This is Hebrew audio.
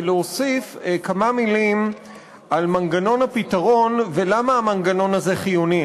ולהוסיף כמה מילים על מנגנון הפתרון ולומר למה המנגנון הזה חיוני.